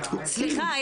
סליחה,